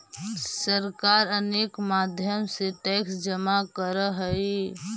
सरकार अनेक माध्यम से टैक्स जमा करऽ हई